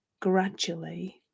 gradually